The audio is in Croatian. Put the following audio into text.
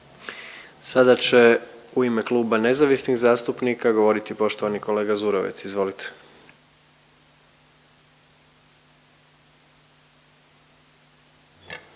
Sada će u ime Kluba nezavisnih zastupnika govoriti poštovani kolega Zurovec, izvolite.